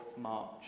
March